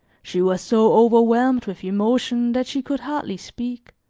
she was so overwhelmed with emotion that she could hardly speak,